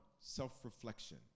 self-reflection